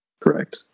Correct